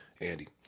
Andy